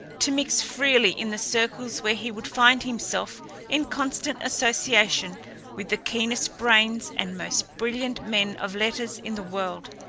to mix freely in the circles where he would find himself in constant association with the keenest brains and most brilliant men of letters in the world.